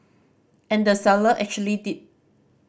and the seller actually did